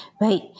Right